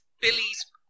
Billy's